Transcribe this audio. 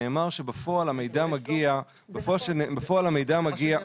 נאמר שבפועל המידע מגיע --- זה מה שנאמר.